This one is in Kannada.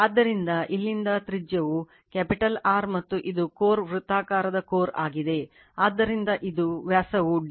ಆದ್ದರಿಂದ ಇಲ್ಲಿಂದ ತ್ರಿಜ್ಯವು ಕ್ಯಾಪಿಟಲ್ R ಮತ್ತು ಇದು ಕೋರ್ ವೃತ್ತಾಕಾರದ ಕೋರ್ ಆಗಿದೆ ಆದ್ದರಿಂದ ಇದು ವ್ಯಾಸವು d